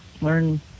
learn